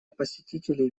посетителей